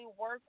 work